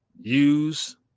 use